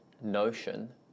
notion